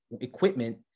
equipment